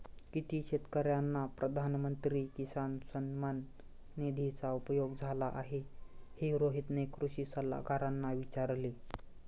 किती शेतकर्यांना प्रधानमंत्री किसान सन्मान निधीचा उपयोग झाला आहे, हे रोहितने कृषी सल्लागारांना विचारले